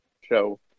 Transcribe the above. show